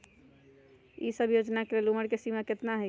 ई सब योजना के लेल उमर के सीमा केतना हई?